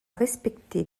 respecter